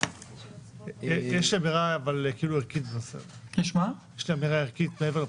יש גם אמירה ערכית מעבר לפרוטוקול.